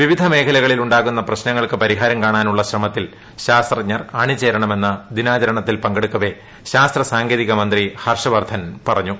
വിവിധ മേഖലകളിൽ ഉണ്ടാകുന്ന പ്രശ്നങ്ങൾക്ക് പരിഹാരം കാണാനുള്ള ശ്രമത്തിൽ ശാസ്ത്രജ്ഞർ അണിചേരണമെന്ന് ദിനാചരണത്തിൽ പങ്കെടുക്കവെ ശാസ്ത്ര സാങ്കേതിക മന്ത്രി ഹർഷ് വർധൻ പറഞ്ഞു